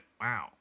Wow